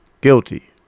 guilty